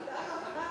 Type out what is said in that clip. תודה רבה.